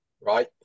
right